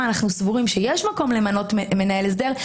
אנחנו סבורים שיש מקום למנות מנהל הסדר,